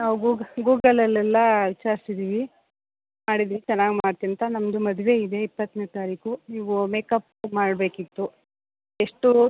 ನಾವು ಗೂಗಲ್ ಗೂಗಲ್ಲಲ್ಲೆಲ್ಲ ವಿಚಾರಿಸಿದೀವಿ ಮಾಡಿದ್ದು ಚೆನ್ನಾಗಿ ಮಾಡ್ತೀರಿ ಅಂತ ನಮ್ಮದು ಮದುವೆ ಇದೆ ಇಪ್ಪತ್ತನೇ ತಾರೀಕು ನೀವು ಮೇಕಪ್ ಮಾಡಬೇಕಿತ್ತು ಎಷ್ಟು